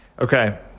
Okay